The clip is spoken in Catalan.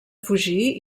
fugir